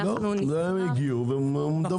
לא, הם הגיעו והם מדברים.